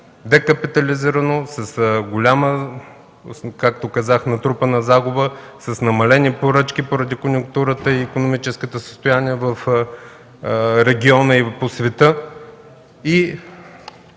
Декапитализирани, с натрупана загуба, с намалени поръчки поради конюнктурата и икономическото състояние в региона и по света,